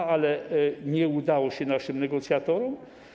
To nie udało się naszym negocjatorom.